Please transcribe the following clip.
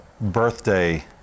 birthday